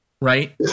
right